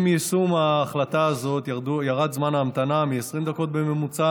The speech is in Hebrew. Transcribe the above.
עם יישום ההחלטה הזאת ירד זמן ההמתנה מ-20 דקות בממוצע